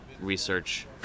research